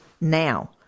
now